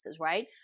right